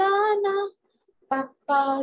Papa